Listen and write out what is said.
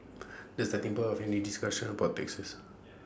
the starting point of any discussion about taxes